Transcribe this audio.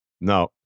No